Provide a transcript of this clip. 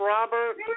Robert